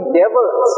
devils